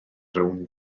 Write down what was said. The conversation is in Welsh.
rownd